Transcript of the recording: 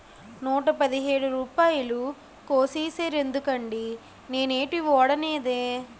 నూట పదిహేడు రూపాయలు కోసీసేరెందుకండి నేనేటీ వోడనేదే